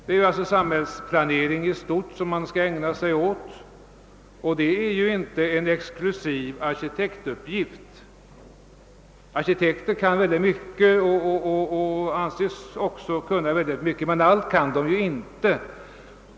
Man skall alltså ägna sig åt samhällsplanering i stort och det är inte en exklusiv arkitektuppgift. Arkitekterna anses kunna väldigt mycket, men allt kan de inte.